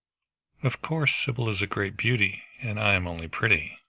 of course. sybil is a great beauty, and i am only pretty,